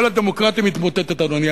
כל הדמוקרטיה מתמוטטת, אדוני.